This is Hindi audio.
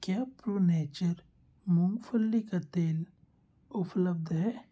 क्या प्रो नेचर मूँगफली का तेल उफ़लब्ध है